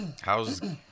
how's